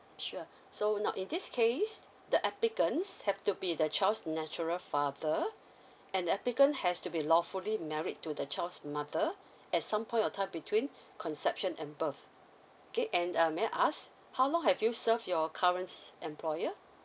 sure so now in this case the applicants have to be the child's natural father and applicant has to be lawfully married to the child's mother at some point of time between conception and birth okay and uh may I ask how long have you served your current employer